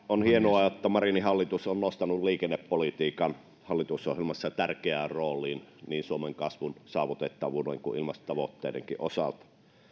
on hienoa että marinin hallitus on nostanut liikennepolitiikan hallitusohjelmassa tärkeään rooliin niin suomen kasvun saavutettavuuden kuin ilmastotavoitteidenkin osalta